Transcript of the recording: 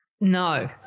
No